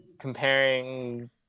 comparing